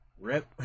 Rip